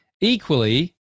Equally